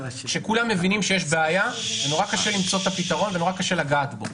שכולם מבינים שיש בעיה ונורא קשה למצוא את הפתרון ונורא קשה לגעת בו.